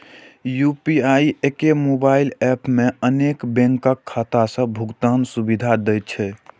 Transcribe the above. UPI एके mobile app मे अनेक बैंकक खाता सं भुगतान सुविधा दै छै